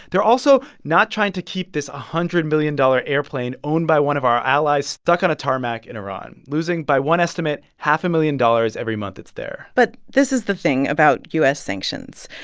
they're also not trying to keep this one hundred million dollars airplane owned by one of our allies stuck on a tarmac in iran, losing, by one estimate, half a million dollars every month it's there but this is the thing about u s. sanctions.